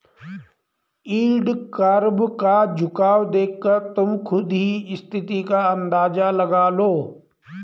yield curve का झुकाव देखकर तुम खुद ही स्थिति का अंदाजा लगा लो